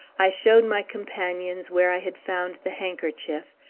i showed my companions where i had found the handkerchief,